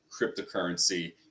cryptocurrency